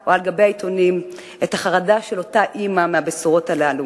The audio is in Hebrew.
או על גבי העיתונים את החרדה של אותה אמא מהבשורות הללו,